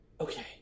Okay